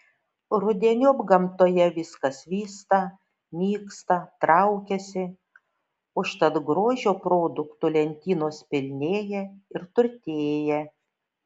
rudeniop gamtoje viskas vysta nyksta traukiasi užtat grožio produktų lentynos pilnėja ir turtėja